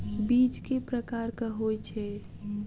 बीज केँ प्रकार कऽ होइ छै?